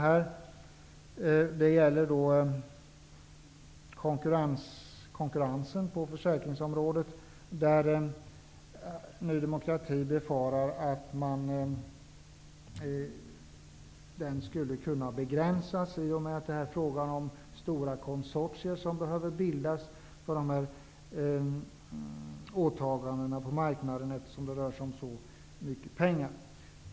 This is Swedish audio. Reservationen gäller konkurrensen på försäkringsområdet, där Ny demokrati befarar att konkurrensen skulle kunna begränsas i och med att stora konsortier behöver bildas för dessa åtaganden på marknaden, eftersom det rör sig om så mycket pengar.